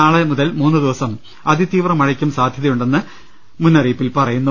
നാളെ മുതൽ മൂന്നു ദിവസം അതിതീവ്ര മഴയ്ക്കും സാധ്യതയുണ്ടെന്ന് മുന്നറിയിപ്പിൽ പറയുന്നു